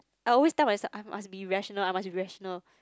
I always tell myself I must be rational I must be rational